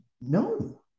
No